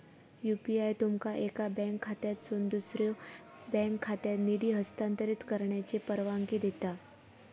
UPI तुमका एका bank खात्यातसून दुसऱ्यो बँक खात्यात निधी हस्तांतरित करण्याची परवानगी देता